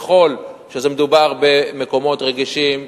ככל שמדובר במקומות רגישים,